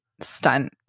stunt